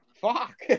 Fuck